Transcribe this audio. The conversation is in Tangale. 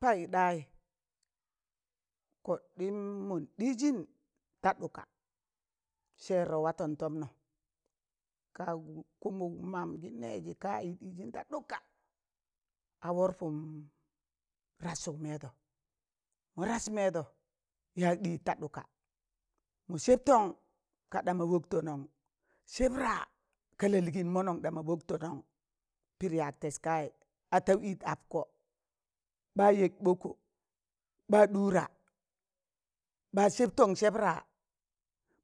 Payụk ɗayị kọɗịm mọn ɗiịzịn ta ɗụka, sẹrrọ watọn tọm nọ ka kụmụg mam gi nẹzị kayị ɗịzịn ta ɗụka a warọpụm rasug mẹẹdọ mọ raz mẹẹdọ yag ɗịz ta ɗụka mọ sẹb tọn ka ɗama wọktọ nọn sẹb raa ka lalịịn mọnọn ɗama wọktọ nọn pịdị yag tẹs kayị ataụ ịt apkọ ba yok ɓọkọ, ɓa ɗurạ, ɓa sẹb tọn seḅ raa,